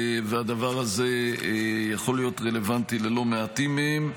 והדבר הזה יכול להיות רלוונטי ללא מעטים מהם.